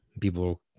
People